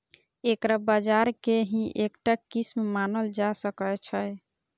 एकरा बाजार के ही एकटा किस्म मानल जा सकै छै